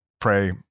pray